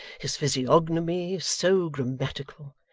his physiognomy so grammatical!